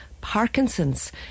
Parkinson's